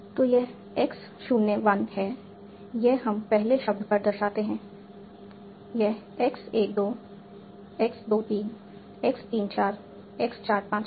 तो यह x 0 1 है यह हम पहले शब्द पर दर्शाते हैं यह x 1 2 x 2 3 x 3 4 x 4 5 है